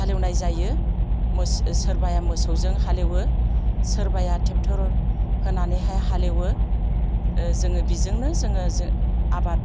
हालएवनाय जायो सोरबाया मोसौजों हालएवो सोरबाया ट्रेक्टर होनानैहाय हालएवो जोङो बिजोंनो जोङो आबादखौहाय